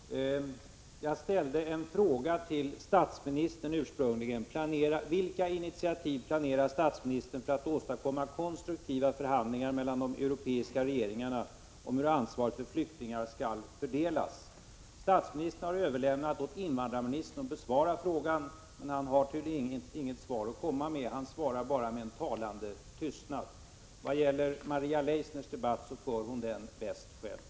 Fru talman! Jag ställde en fråga till statsministern: Vilka initiativ planerar statsministern för att åstadkomma konstruktiva förhandlingar mellan de europeiska regeringarna om hur ansvaret för flyktingar skall fördelas? Statsministern har överlämnat åt invandrarministern att besvara frågan, men han har tydligen inget svar att komma med. Han svarar bara med en talande tystnad. I vad gäller Maria Leissners debatt för hon den bäst själv.